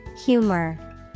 Humor